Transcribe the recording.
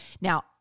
Now